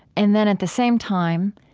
and then at the same time,